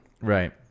Right